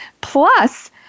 plus